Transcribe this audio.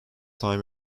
time